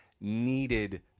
needed